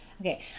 Okay